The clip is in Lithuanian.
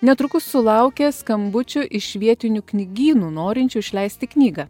netrukus sulaukė skambučių iš vietinių knygynų norinčių išleisti knygą